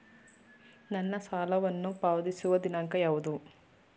ನನ್ನ ಸಾಲವನ್ನು ಪಾವತಿಸುವ ದಿನಾಂಕ ಯಾವುದು?